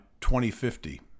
2050